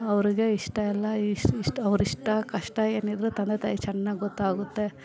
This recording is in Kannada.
ಅವ್ರಿಗೆ ಇಷ್ಟ ಎಲ್ಲ ಅವ್ರಿಷ್ಟ ಕಷ್ಟ ಏನಿದ್ರು ತಂದೆ ತಾಯಿಗೆ ಚೆನ್ನಾಗಿ ಗೊತ್ತಾಗುತ್ತೆ